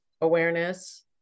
awareness